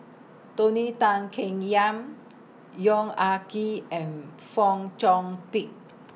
Tony Tan Keng Yam Yong Ah Kee and Fong Chong Pik